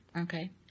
Okay